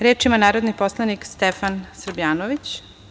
Reč ima narodni poslanik Stefan Srbljanović.